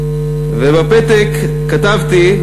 ובפתק כתבתי,